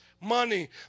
money